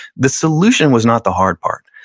the solution was not the hard part.